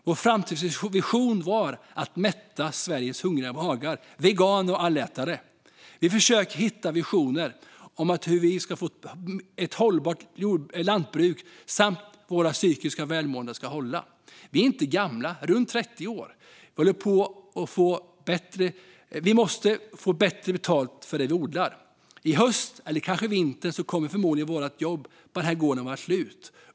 Vår framtidsvision var att mätta Sveriges hungriga magar, veganer och allätare. Vi försöker hitta nya visioner om hur vi ska få ett hållbart lantbruk samt att vårt psykiska välmående ska hålla. Vi är inte gamla, runt 30 år. Vi måste få bättre betalt för det vi odlar. I höst eller kanske till vintern så kommer förmodligen vårt jobb på den här gården vara slut.